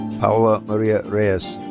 paola maria reyes.